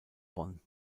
bonn